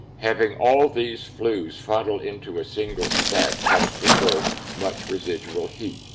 having all these flues funneled into a single stack helps preserve much residual heat